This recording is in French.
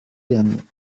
derniers